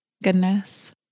Goodness